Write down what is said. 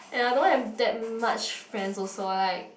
ya I don't have that much friends also like